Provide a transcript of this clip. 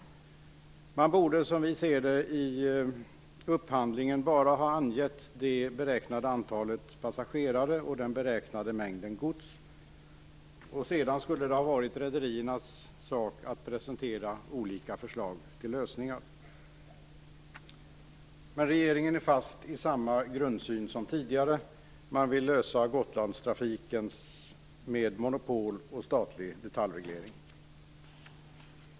Man borde i upphandlingen bara ha angett det uppskattade antalet passagerare och den beräknade mängden gods. Det skulle sedan varit rederiernas sak att presentera olika förslag till lösningar. Men regeringen är fast i samma grundsyn som tidigare. Man vill lösa frågan om Gotlandstrafiken med monopol och statlig detaljreglering.